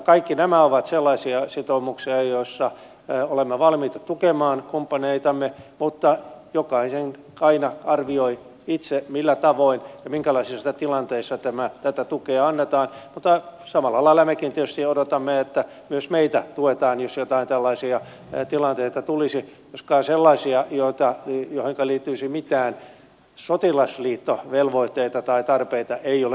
kaikki nämä ovat sellaisia sitoumuksia joissa olemme valmiita tukemaan kumppaneitamme mutta jokainen aina arvioi itse millä tavoin ja minkälaisissa tilanteissa tätä tukea annetaan ja samalla lailla mekin tietysti odotamme että myös meitä tuetaan jos jotain tällaisia tilanteita tulisi joskaan sellaisia joihinka liittyisi mitään sotilasliittovelvoitteita tai tarpeita ei ole kyllä näköpiirissä